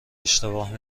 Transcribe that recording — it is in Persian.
اشتباه